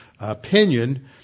Opinion